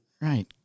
Right